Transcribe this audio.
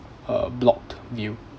uh blocked view